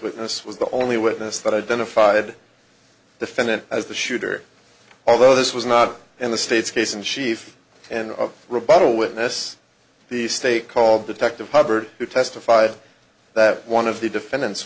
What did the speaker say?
witness was the only witness that identified defendant as the shooter although this was not in the state's case in chief and a rebuttal witness the state called detective hubbard who testified that one of the defendant